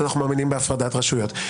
אנחנו מאמינים בהפרדת רשויות.